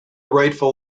rightful